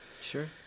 sure